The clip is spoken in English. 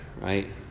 right